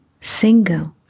single